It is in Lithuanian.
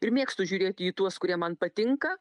ir mėgstu žiūrėti į tuos kurie man patinka